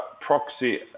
proxy